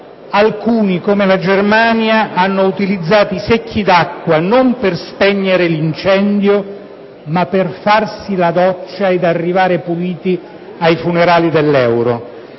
Paesi come la Germania hanno utilizzato i secchi d'acqua non per spegnere l'incendio ma per farsi la doccia ed arrivare puliti ai funerali dell'euro.